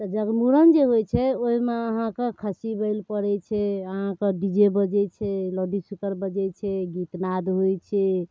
तऽ जगमुरन जे होइ छै ओइमे अहाँके खस्सी बलि पड़ै छै अहाँके डी जे बजै छै लाउडस्पीकर बजै छै गीतनाद होइ छै